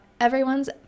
everyone's